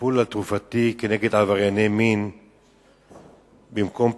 הטיפול התרופתי נגד עברייני מין במקום פיקוח,